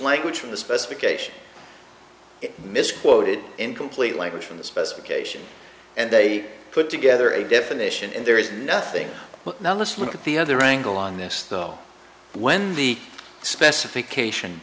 language from the specification misquoted incomplete language from the specification and they put together a definition and there is nothing now let's look at the other angle on this though when the specification